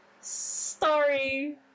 story